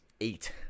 eight